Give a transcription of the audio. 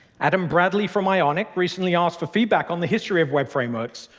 adam bradley from ionic recently asked for feedback on the history of web frameworks,